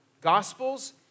Gospels